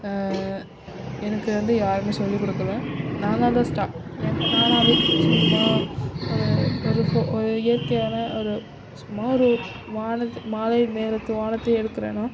எனக்கு வந்து யாருமே சொல்லி கொடுக்கல நானாகதான் ஸ்டா நானாகவே சும்மா ஒரு ஒரு ஃபோ ஒரு இயற்கையான ஒரு சும்மா ஒரு வானத்து மாலை நேரத்து வானத்தை எடுக்குறேனா